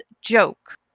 joke